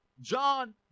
John